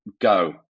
go